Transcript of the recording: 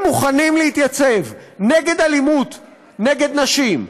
מוכנים להתייצב נגד אלימות נגד נשים,